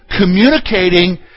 communicating